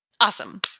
Awesome